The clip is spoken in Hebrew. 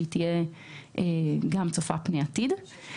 שהיא תהיה גם צופת פני עתיד.